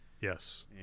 Yes